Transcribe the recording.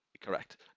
Correct